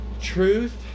Truth